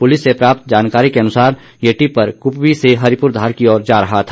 police से प्राप्त जानकारी के अनुसार यह टिप्पर कुपवी से हरिपुरधार की ओर जा रहा था